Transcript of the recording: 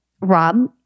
Rob